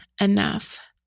enough